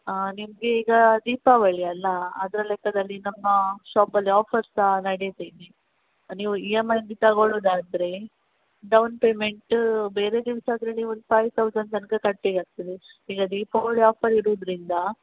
ಹಾಂ ನಿಮಗೆ ಈಗ ದೀಪಾವಳಿ ಅಲ್ಲಾ ಅದರ ಲೆಕ್ಕದಲ್ಲಿ ನಮ್ಮ ಶಾಪಲ್ಲಿ ಆಫರ್ಸ್ ಸಹ ನಡೀತಿದೆ ನೀವು ಈ ಎಮ್ ಐಯಲ್ಲಿ ತಗೋಳುದು ಆದರೆ ಡೌನ್ ಪೇಮೆಂಟ್ ಬೇರೆ ದಿವಸ ಆದರೆ ನೀವೊಂದು ಫೈವ್ ತೌಸಂಡ್ ತನಕ ಕಟ್ಟಲಿಕಾಗ್ತದೆ ಈಗ ದೀಪಾವಳಿ ಆಫರ್ ಇರೋದ್ರಿಂದ